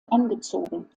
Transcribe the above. angezogen